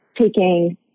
taking